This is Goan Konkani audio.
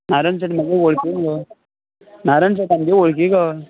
नारायण शेट म्हजो वळखिचो मगो नारायण शेट आमगे वळखी गो